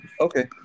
Okay